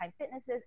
fitnesses